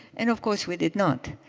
and of course we did not.